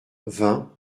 vingt